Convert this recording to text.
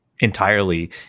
entirely